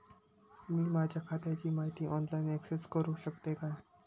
मी माझ्या खात्याची माहिती ऑनलाईन अक्सेस करूक शकतय काय?